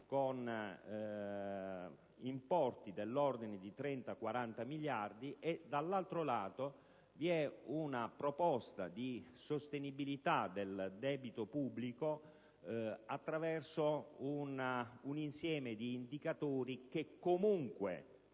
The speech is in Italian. con importi dell'ordine di 30 o 40 miliardi di euro; dall'altro lato, vi è una proposta di sostenibilità del debito pubblico attraverso un insieme di indicatori. Occorre